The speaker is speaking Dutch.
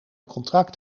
contract